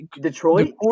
Detroit